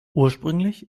ursprünglich